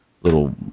little